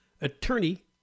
Attorney